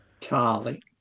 Charlie